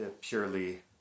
purely